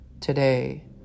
today